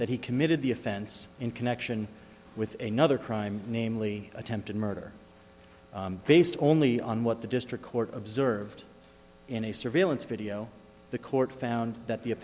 that he committed the offense in connection with another crime namely attempted murder based only on what the district court observed in a surveillance video the court found that the